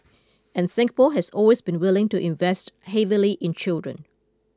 and Singapore has always been willing to invest heavily in children